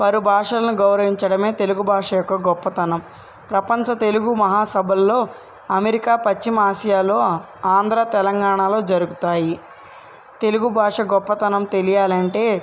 వారు భాషలను గౌరవంచడం తెలుగు భాష యొక్క గొప్పతనం ప్రపంచ తెలుగు మహాసభలలో అమెరికా పశ్చిమ ఆసియాలో ఆంధ్ర తెలంగాణలో జరుగుతాయి తెలుగు భాష గొప్పతనం తెలియాలి అంటే